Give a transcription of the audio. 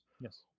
Yes